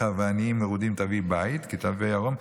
ועניים מרודים תביא בית כי תראה עָרֹם".